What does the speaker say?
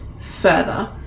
further